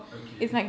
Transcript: okay